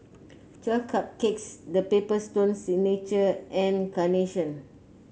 Twelve Cupcakes The Paper Stone Signature and Carnation